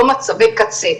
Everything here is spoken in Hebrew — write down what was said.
לא מצבי קצה,